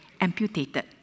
amputated